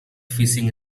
fishing